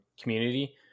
community